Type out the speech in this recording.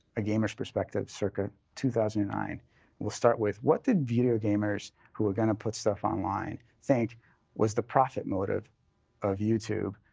a gamer's perspective circa two thousand and nine. and we'll start with, what did video gamers who were going to put stuff online think was the profit motive of youtube?